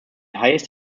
highest